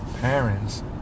parents